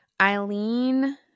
Eileen